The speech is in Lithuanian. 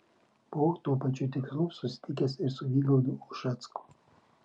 buvau tuo pačiu tikslu susitikęs ir su vygaudu ušacku